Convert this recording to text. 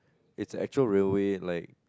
it's a actual railway like